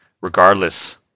regardless